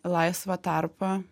laisvą tarpą